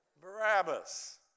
Barabbas